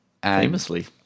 Famously